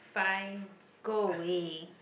fine go away